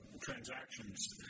transactions